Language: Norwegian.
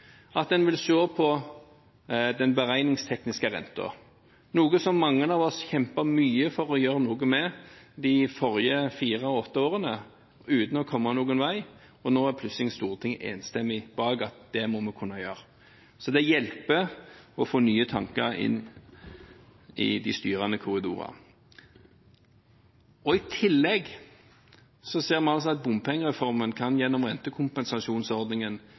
at en vil se på den beregningstekniske renten – noe mange av oss kjempet mye for å gjøre noe med de forrige fire og åtte årene, uten å komme noen vei. Nå står plutselig Stortinget enstemmig bak og mener at det må vi kunne gjøre. Det hjelper å få nye tanker inn i de styrende korridorene. I tillegg ser vi at bompengereformen gjennom rentekompensasjonsordningen